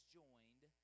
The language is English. joined